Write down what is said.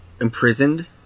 imprisoned